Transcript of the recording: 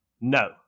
No